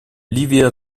ливия